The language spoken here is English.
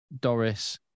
Doris